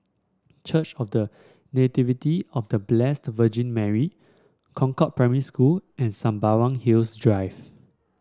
Church of The Nativity of The Blessed Virgin Mary Concord Primary School and Sembawang Hills Drive